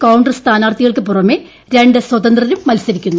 കോൺഗ്രസ് സ്ഥാനാർത്ഥികൾക്ക് പുറമേ രണ്ട് സ്വതന്ത്രരും മത്സരിക്കുന്നു